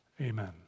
amen